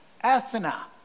Athena